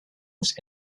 was